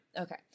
Okay